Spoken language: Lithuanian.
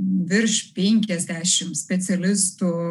virš penkiasdešimt specialistų